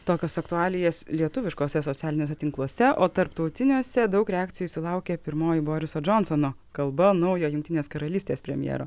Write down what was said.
tokios aktualijas lietuviškuose socialiniuose tinkluose o tarptautiniuose daug reakcijų sulaukė pirmoji boriso džonsono kalba naujo jungtinės karalystės premjero